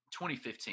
2015